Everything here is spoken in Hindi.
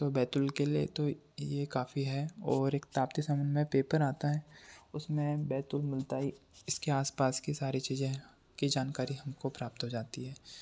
तो बैतूल के लिए तो यह काफ़ी है और एक ताप्ती समूह में पेपर आता है उसमें बैतूल मिलता ही इसके आसपास के सारी चीज़ें हैं की जानकारी हमको प्राप्त हो जाती है